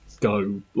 go